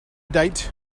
date